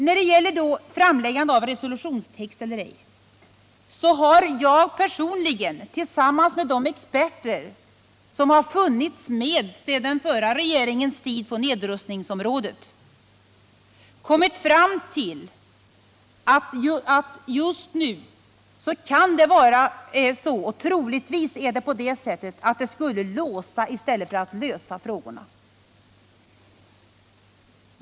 När det gäller framläggande av resolutionstext eller inte har jag per sonligen, tillsammans med de experter på nedrustningsområdet som funnits med sedan den förra regeringens tid, kommit fram till att det just nu troligtvis är på det sättet att en resolution skulle låsa i stället för att lösa frågorna.